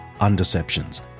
undeceptions